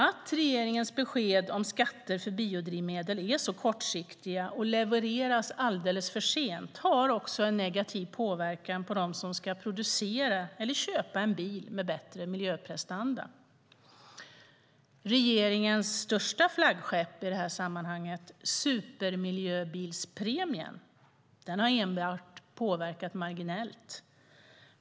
Att regeringens besked om skatter för biodrivmedel är så kortsiktiga och levereras alldeles för sent har också en negativ påverkan på dem som ska producera eller köpa en bil med bättre miljöprestanda. Regeringens största flaggskepp i detta sammanhang, supermiljöbilspremien, har enbart påverkat marginellt.